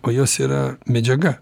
o jos yra medžiaga